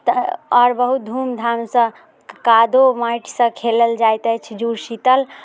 तऽ आओर बहुत धूम धामसँ कादो माटिसँ खेलल जाइत अछि जूड़ शीतल